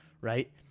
right